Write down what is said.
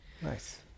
nice